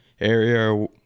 area